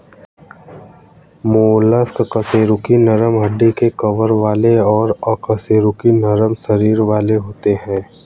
mollusc कशेरुकी नरम हड्डी के कवर वाले और अकशेरुकी नरम शरीर वाले होते हैं